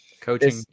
coaching